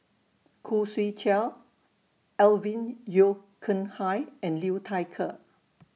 Khoo Swee Chiow Alvin Yeo Khirn Hai and Liu Thai Ker